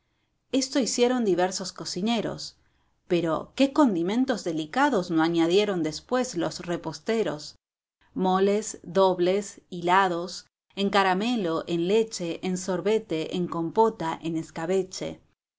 esto hicieron diversos cocineros pero qué condimentos delicados no añadieron después los reposteros moles dobles hilados en caramelo en leche en sorbete en compota en escabeche